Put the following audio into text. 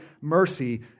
mercy